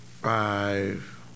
five